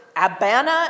Abana